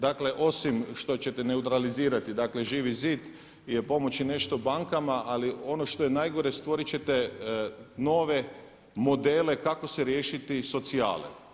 Dakle, osim što ćete neutralizirati dakle Živi zid i pomoći nešto bankama ali ono što je najgore stvorit ćete nove modele kako se riješiti socijale.